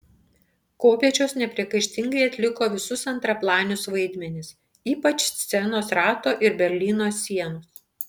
kopėčios nepriekaištingai atliko visus antraplanius vaidmenis ypač scenos rato ir berlyno sienos